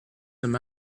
them